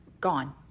gone